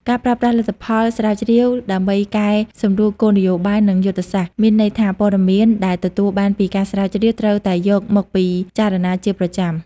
ការប្រើប្រាស់លទ្ធផលស្រាវជ្រាវដើម្បីកែសម្រួលគោលនយោបាយ និងយុទ្ធសាស្ត្រ មានន័យថាព័ត៌មានដែលទទួលបានពីការស្រាវជ្រាវត្រូវតែយកមកពិចារណាជាប្រចាំ។